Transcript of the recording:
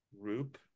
group